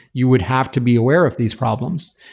you would have to be aware of these problems.